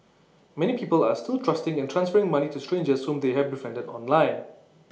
many people are still trusting and transferring money to strangers whom they have befriended online